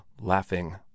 laughing